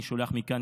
אני שולח מכאן,